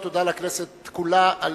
תודה לכנסת כולה על